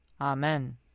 Amen